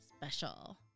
special